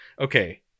Okay